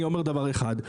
אני אומר דבר אחד,